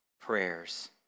prayers